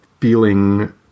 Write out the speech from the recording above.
feeling